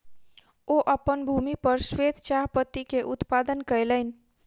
ओ अपन भूमि पर श्वेत चाह पत्ती के उत्पादन कयलैन